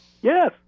Yes